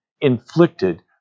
inflicted